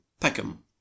peckham